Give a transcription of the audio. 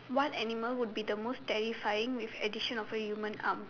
what animal would be the most terrifying with addition of a human arm